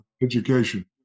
education